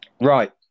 right